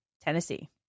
Tennessee